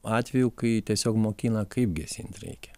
atvejų kai tiesiog mokina kaip gesint reikia